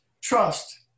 trust